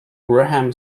graham